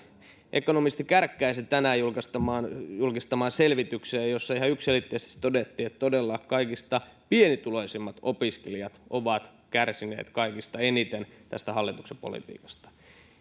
ekonomisti kärkkäisen tänään julkistamaan julkistamaan selvitykseen jossa ihan yksiselitteisesti todettiin että todella kaikista pienituloisimmat opiskelijat ovat kärsineet kaikista eniten tästä hallituksen politiikasta